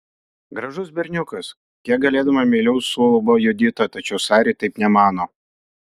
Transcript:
gražus berniukas kiek galėdama meiliau suulba judita tačiau sari taip nemano